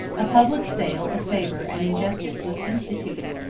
a public sale of favor and injustice was instituted,